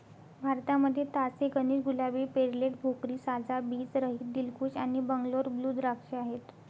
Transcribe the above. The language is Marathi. भारतामध्ये तास ए गणेश, गुलाबी, पेर्लेट, भोकरी, साजा, बीज रहित, दिलखुश आणि बंगलोर ब्लू द्राक्ष आहेत